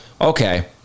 Okay